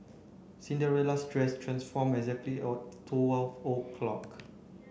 Cinderella's dress transformed exactly at